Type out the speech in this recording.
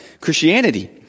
Christianity